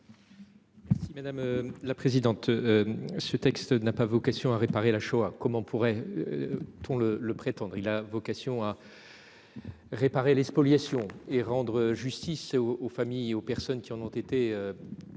Si madame la présidente. Ce texte n'a pas vocation à réparer la Shoah comment pourrais.-t-on le le prétendre, il a vocation à. Réparer les spoliations et rendre justice et aux familles et aux personnes qui en ont été.